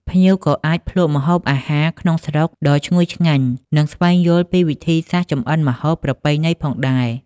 ភ្ញៀវក៏អាចភ្លក់ម្ហូបអាហារក្នុងស្រុកដ៏ឈ្ងុយឆ្ងាញ់ និងស្វែងយល់ពីវិធីសាស្រ្តចម្អិនម្ហូបប្រពៃណីផងដែរ។